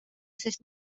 sest